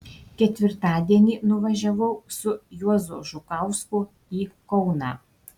ketvirtadienį nuvažiavau su juozu žukausku į kauną